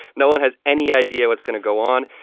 no one has any idea what's going to go on.